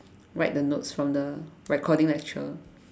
write the notes from the recording lecture